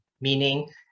meaning